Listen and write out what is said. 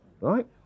right